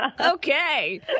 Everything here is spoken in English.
Okay